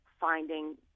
finding